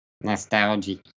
nostalgic